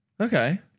Okay